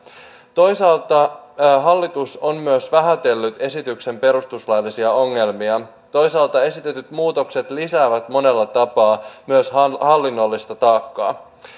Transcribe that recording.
toisaalta hallitus on myös vähätellyt esityksen perustuslaillisia ongelmia toisaalta esitetyt muutokset lisäävät monella tapaa myös hallinnollista taakkaa